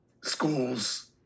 schools